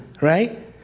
right